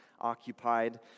occupied